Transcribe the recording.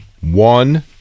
one